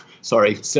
sorry